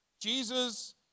Jesus